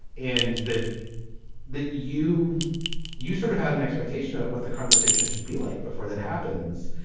and that that you you sort of had an expectation about what the conversation should be like before that happens.